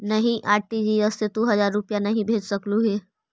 नहीं, आर.टी.जी.एस से तू हजार रुपए नहीं भेज सकलु हे